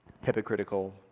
hypocritical